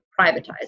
privatized